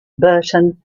burton